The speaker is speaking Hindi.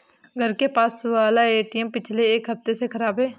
घर के पास वाला एटीएम पिछले एक हफ्ते से खराब है